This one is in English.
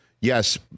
yes